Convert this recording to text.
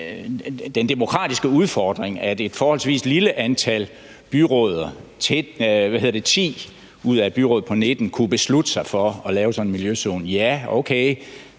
den demokratiske udfordring i, at et forholdsvis lille antal byrødder – 10 ud af et byråd på 19 – kunne beslutte sig for at lave sådan en miljøzone. Ja, okay,